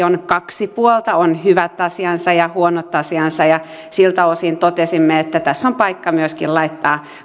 on kaksi puolta on hyvät asiansa ja huonot asiansa ja siltä osin totesimme että tässä on paikka myöskin laittaa